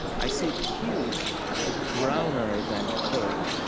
i see q as browner than k,